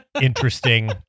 Interesting